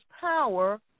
power